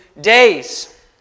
days